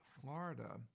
Florida